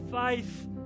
faith